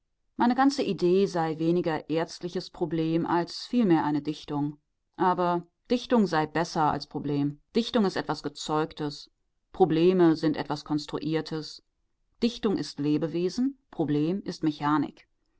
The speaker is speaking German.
meine ganze idee sei weniger ärztliches problem als vielmehr eine dichtung aber dichtung sei besser als problem dichtung ist etwas gezeugtes probleme sind etwas konstruiertes dichtung ist lebewesen problem ist